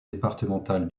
départemental